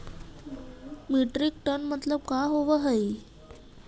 Metric ton मतलब का होव हइ?